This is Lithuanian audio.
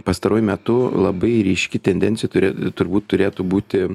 pastaruoju metu labai ryški tendencijų turi turbūt turėtų būti